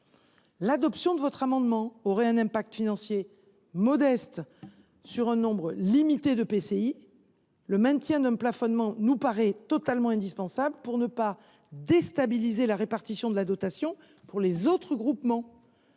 l’adoption de ces amendements aurait un impact financier modeste sur un nombre limité d’EPCI, mais le maintien d’un plafonnement paraît totalement indispensable pour ne pas déstabiliser la répartition de la dotation pour les autres groupements,